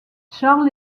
charles